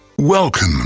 Welcome